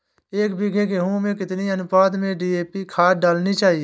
एक बीघे गेहूँ में कितनी अनुपात में डी.ए.पी खाद डालनी चाहिए?